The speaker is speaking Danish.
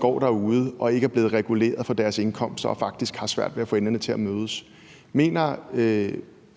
gående derude og ikke er blevet reguleret i deres indkomst og faktisk har svært ved at få enderne til at mødes, mener